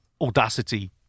audacity